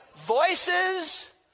Voices